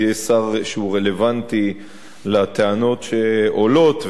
יהיה שר שהוא רלוונטי לטענות שעולות,